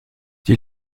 die